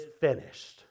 finished